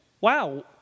wow